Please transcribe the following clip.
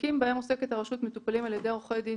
התיקים בהם עוסקת הרשות מטופלים על ידי עורכי דין